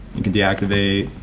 you can deactivate.